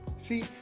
See